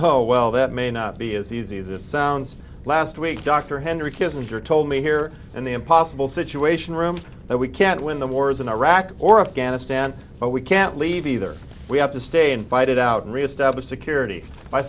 oh well that may not be as easy as it sounds last week dr henry kissinger told me here and the impossible situation room that we can't win the wars in iraq or afghanistan but we can't leave either we have to stay and fight it out reestablish security